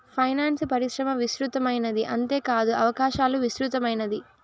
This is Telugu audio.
ఫైనాన్సు పరిశ్రమ విస్తృతమైనది అంతేకాదు అవకాశాలు విస్తృతమైనది